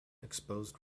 exposed